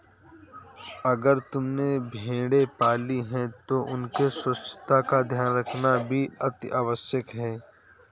अगर तुमने भेड़ें पाली हैं तो उनके स्वास्थ्य का ध्यान रखना भी अतिआवश्यक है